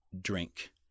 drink